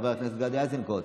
חבר הכנסת גדי איזנקוט,